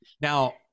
Now